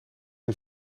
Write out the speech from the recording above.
een